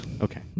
Okay